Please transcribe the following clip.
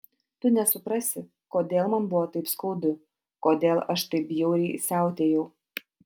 tu nesuprasi kodėl man buvo taip skaudu kodėl aš taip bjauriai siautėjau